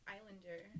Islander